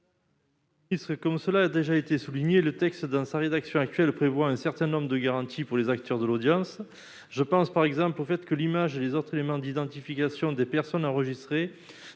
parole est à M. Jean-Yves Roux. Dans sa rédaction actuelle, l'article 1 prévoit un certain nombre de garanties pour les acteurs de l'audience. Je pense par exemple au fait que l'image et les autres éléments d'identification des personnes enregistrées